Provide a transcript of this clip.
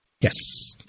Yes